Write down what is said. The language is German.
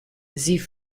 sie